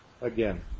again